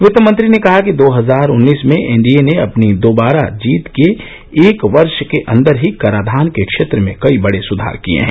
वित्तमंत्री ने कहा कि दो हजार उन्नीस में एनडीए ने अपनी दोबारा जीत के एक वर्ष के अन्दर ही कराधान के क्षेत्र में कई बड़े सुधार किये है